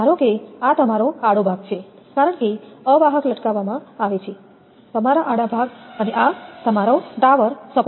ધારો કે આ તમારો આડો ભાગ છે કારણ કે અવાહક લટકાવવામાં આવે છે તમારા આડો ભાગ અને આ તમારો ટાવર સપોર્ટ છે